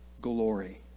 glory